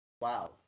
Wow